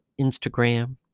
Instagram